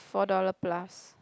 four dollar plus